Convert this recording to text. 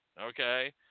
okay